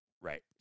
Right